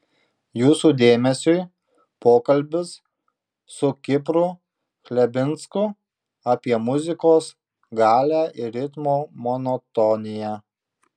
jūsų dėmesiui pokalbis su kipru chlebinsku apie muzikos galią ir ritmo monotoniją